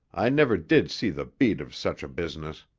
i never did see the beat of such a business!